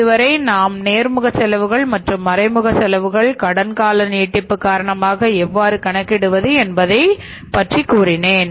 இதுவரை நாம் நேர்முக செலவுகள் மற்றும் மறைமுக செலவுகள் கடன் காலம் நீட்டிப்பு காரணமாக எவ்வாறு கணக்கிடப்படுகிறது என்பதைப் பார்த்தோம்